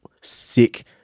sick